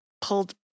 pulled